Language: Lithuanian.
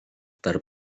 tarp